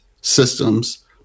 systems